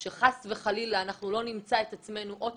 כדי שחס וחלילה לא נמצא את עצמנו שוב